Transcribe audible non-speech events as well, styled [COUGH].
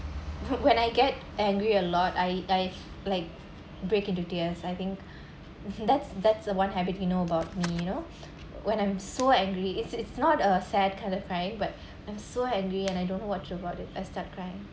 [NOISE] when I get angry a lot I I've like break into tears I think that's that's a one habit you know about me you know when I'm so angry it's it's not a sad coloured cry when I'm so angry and I don't watch about the I start crying